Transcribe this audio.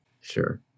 Sure